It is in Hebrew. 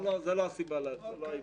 לא, זו לא הסיבה, זה לא העיוות.